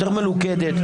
יותר מלוכדת,